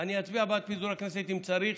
אני אצביע בעד פיזור הכנסת, אם צריך,